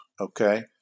Okay